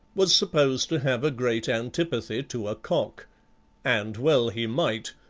was supposed to have a great antipathy to a cock and well he might,